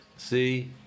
See